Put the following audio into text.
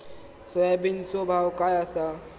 सोयाबीनचो भाव काय आसा?